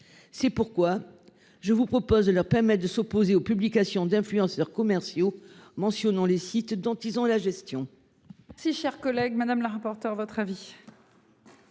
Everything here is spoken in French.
C'est pourquoi je vous propose de leur permettre de s'opposer aux publications d'influenceurs commerciaux mentionnant les sites dont ils ont la gestion.